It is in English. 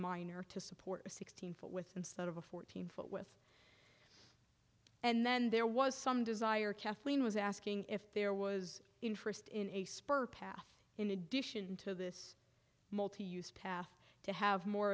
minor to support a sixteen foot with instead of a fourteen foot with and then there was some desire kathleen was asking if there was interest in a spur path in addition to this multi use path to have more